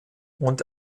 und